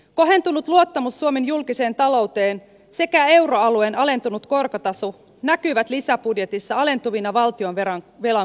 kohentunut luottamus suomen julkiseen talouteen sekä euroalueen alentunut korkotaso näkyvät lisäbudjetissa alentuvina valtionvelan korkomenoarvioina